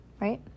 Right